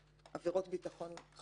שאמורות להיות בה עבירות ביטחון חמורות.